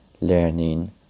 Learning